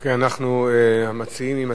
אוקיי, המציעים עם השר,